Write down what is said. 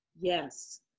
Yes